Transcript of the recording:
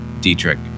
dietrich